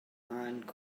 man